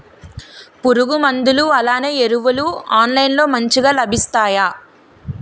పురుగు మందులు అలానే ఎరువులు ఆన్లైన్ లో మంచిగా లభిస్తాయ?